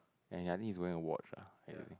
and I think he's wearing a watch ah ya I think